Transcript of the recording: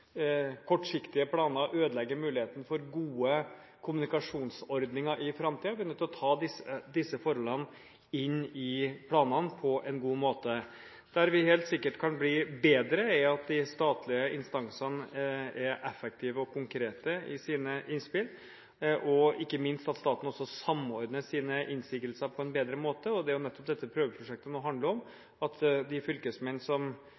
kortsiktige planer ødelegger muligheten for gode kommunikasjonsordninger i framtiden. Vi er nødt til å ta disse forholdene inn i planene på en god måte. Det vi helt sikkert kan bli bedre på, er at de statlige instansene er effektive og konkrete i sine innspill, og ikke minst at staten også samordner sine innsigelser på en bedre måte. Det er jo nettopp det dette prøveprosjektet handler om, at de fylkesmenn som